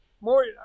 More